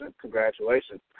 congratulations